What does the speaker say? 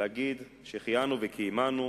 להגיד שהחיינו וקיימנו